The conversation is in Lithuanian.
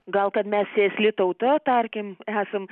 gal kad mes sėsli tauta tarkim esam